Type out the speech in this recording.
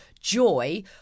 joy